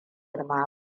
girma